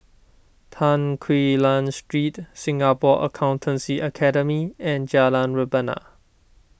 Tan Quee Lan Street Singapore Accountancy Academy and Jalan Rebana